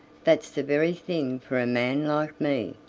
that's the very thing for a man like me,